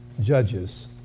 Judges